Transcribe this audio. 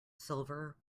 silver